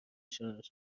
شارژ